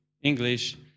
English